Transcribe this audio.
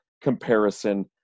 comparison